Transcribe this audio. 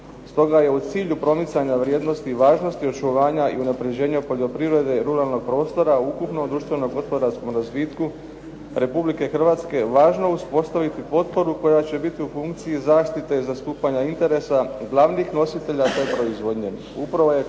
Stoga je u cilju promicanja vrijednosti važnosti očuvanja i unapređenja poljoprivrede, ruralnog prostora u ukupnom društvenom gospodarskom razvitku Republike Hrvatske. važno je uspostaviti potporu koja će biti u funkciji zaštite zastupanja interesa, glavnih nositelja te proizvodnje.